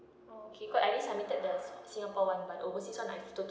okay cause I already submitted the singapore one but overseas one I tota~